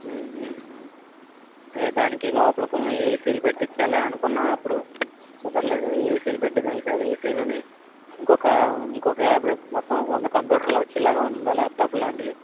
అదే దానికి లోపల కొన్ని ఏసీలు పెట్టించాలి అనుకున్నాం అప్పుడు కుదర్లేదు ఏసీలు పెట్టిద్దాం ఈసారి ఏసీలని ఇంకొక ఇంకొక యాభై మొత్తం వంద కంప్యూటర్లు వచ్చేలాగా ఉండాలి ల్యాప్టాప్ లాంటివి